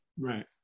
right